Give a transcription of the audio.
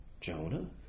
Jonah